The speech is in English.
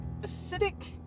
acidic